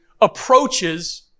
approaches